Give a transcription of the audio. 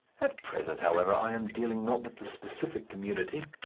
at present, however, i am dealing not with the specific community,